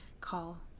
call